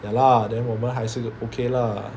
ya lah then 我们还是 okay lah